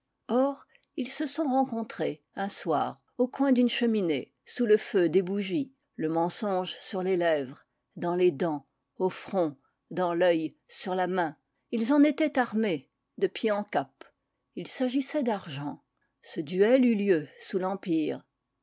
or ils se sont rencontrés un soir au coin d'une cheminée sous le feu des bougies le mensonge sur les lèvres dans les dents au front dans toeil sur la main ils en étaient armés de pied en cap il s'agissait d'argent ce duel eut lieu sous l'empire